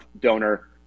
donor